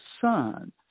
son